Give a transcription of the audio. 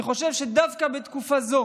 אני חושב שדווקא בתקופה זו